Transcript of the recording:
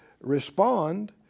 respond